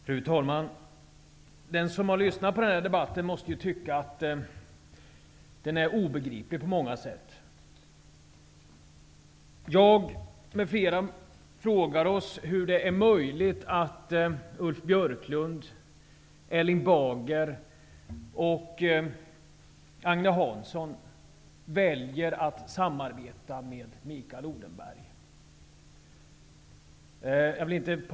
Fru talman! Den som har lyssnat på denna de batt måste tycka att den är obegriplig på många sätt. Jag med flera frågar oss hur det är möjligt att Ulf Björklund, Erling Bager och Agne Hansson väljer att samarbeta med Mikael Odenberg.